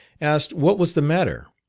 asked what was the matter.